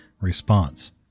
response